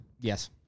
Yes